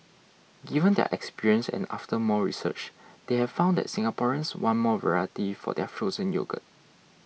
given their experience and after more research they have found that Singaporeans want more variety for their frozen yogurt